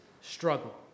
struggle